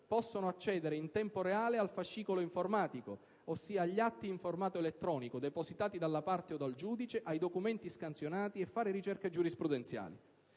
possono accedere in tempo reale al fascicolo informatico, ossia agli atti in formato elettronico depositati dalla parte o dal giudice e ai documenti scansionati e fare ricerche giurisprudenziali.